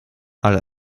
ale